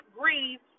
grieve